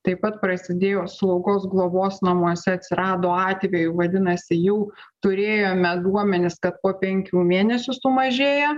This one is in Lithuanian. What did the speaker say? taip pat prasidėjo slaugos globos namuose atsirado atvejų vadinasi jau turėjome duomenis kad po penkių mėnesių sumažėja